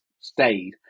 stayed